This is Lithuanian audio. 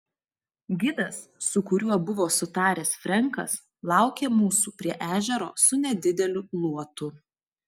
gidas su kuriuo buvo sutaręs frenkas laukė mūsų prie ežero su nedideliu luotu